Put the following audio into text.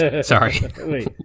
Sorry